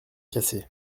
cassé